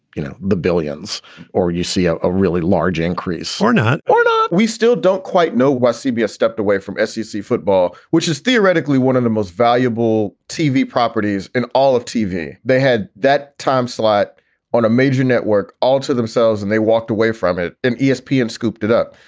you know, the billions or you see ah a really large increase or not or not we still don't quite know why cbs stepped away from scc football, which is theoretically one of the most valuable tv properties in all of tv. they had that time slot on a major network all to themselves and they walked away from it. and espn and scooped it up.